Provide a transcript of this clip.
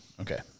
okay